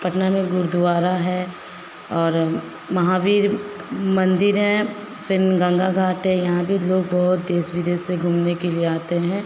पटना में गुरुद्वारा है और महावीर मंदिर है फिर गंगा घाट है यहाँ भी लोग बहुत देश विदेश से घूमने के लिए आते हैं